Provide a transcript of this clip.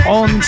on